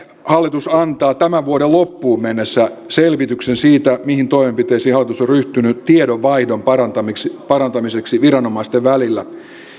hallitus antaa tämän vuoden loppuun mennessä selvityksen siitä mihin toimenpiteisiin hallitus on ryhtynyt tiedonvaihdon parantamiseksi parantamiseksi viranomaisten välillä